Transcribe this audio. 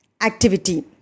activity